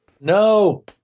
No